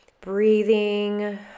breathing